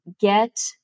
get